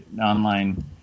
online